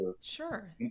sure